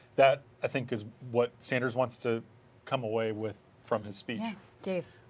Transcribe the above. that, i think, is what sanders wants to come away with from his speech. dave?